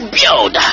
build